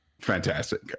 fantastic